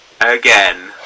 again